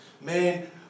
Man